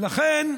ולכן,